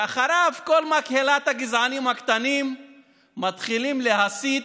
ואחריו כל מקהלת הגזענים הקטנים מתחילים להסית